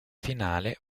finale